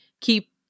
keep